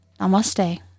Namaste